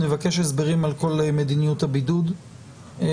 נבקש הסברים על כל מדיניות הבידוד והבידודים.